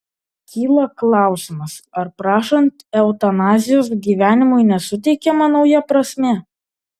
kyla klausimas ar prašant eutanazijos gyvenimui nesuteikiama nauja prasmė